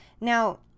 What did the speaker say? Now